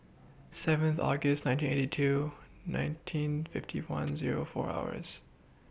seventh August nineteen eighty two nineteen fifty one Zero four hours